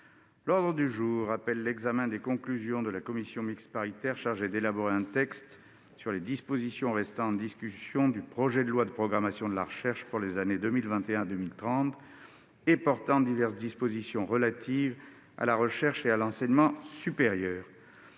L'ordre du jour appelle l'examen des conclusions de la commission mixte paritaire chargée d'élaborer un texte sur les dispositions restant en discussion du projet de loi de programmation de la recherche pour les années 2021 à 2030 et portant diverses dispositions relatives à la recherche et à l'enseignement supérieur